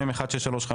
מ/1635,